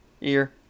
Ear